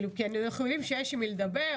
כי אנחנו יודעים שיש עם מי לדבר,